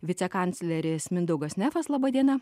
vicekancleris mindaugas nefas laba diena